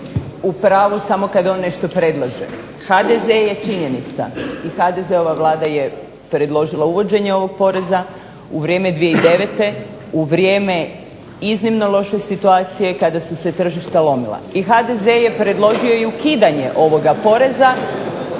u pravu samo kad on nešto predlaže. HDZ je činjenica i HDZ-ova Vlada je predložila uvođenje ovog poreza u vrijeme 2009., u vrijeme iznimno loše situacije kada su se tržišta lomila. I HDZ je predložio i ukidanje ovoga poreza